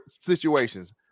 situations